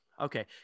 Okay